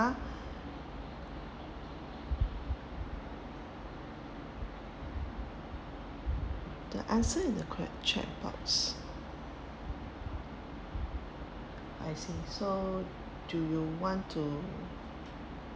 the answer in the correct checkbox I see so do you want to